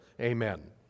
Amen